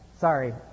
Sorry